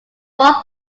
wall